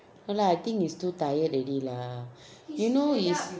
no lah I think he is too tired already lah you know his